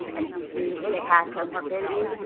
and if you do, if they have comorbidity,